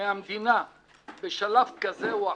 מהמדינה בשלב כזה או אחר,